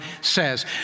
says